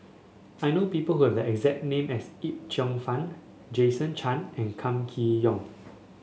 I know people who have the exact name as Yip Cheong Fun Jason Chan and Kam Kee Yong